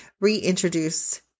reintroduce